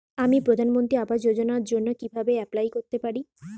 আমি প্রধানমন্ত্রী আবাস যোজনার জন্য কিভাবে এপ্লাই করতে পারি?